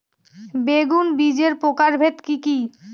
বেগুন বীজের প্রকারভেদ কি কী?